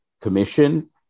Commission